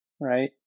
right